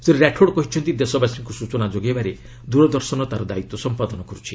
ଶ୍ରୀ ରାଠୋଡ୍ କହିଛନ୍ତି ଦେଶବାସୀଙ୍କୁ ସୂଚନା ଯୋଗାଇବାରେ ଦୂରଦର୍ଶନ ତା'ର ଦାୟିତ୍ୱ ସମ୍ପାଦନ କରୁଛି